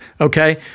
okay